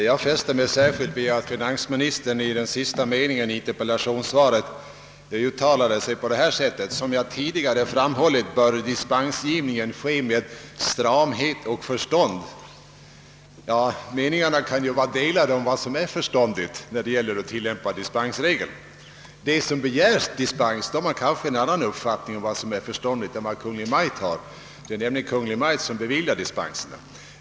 Herr talman! Jag fäste mig särskilt vid sista meningen i finansministerns svar, som lyder: »Som jag tidigare framhållit bör dispensgivningen ske med stramhet och förstånd.» Åsikterna kan ju vara delade om vad som är förståndigt när det gäller att tillämpa dispensregeln. De som begär dispens har kanske en annan uppfattning om vad som är förståndigt än Kungl. Maj:t — det är nämligen Kungl. Maj:t som beviljar dispenserna.